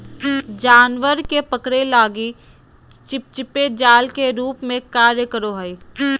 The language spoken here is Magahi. जानवर के पकड़े लगी चिपचिपे जाल के रूप में कार्य करो हइ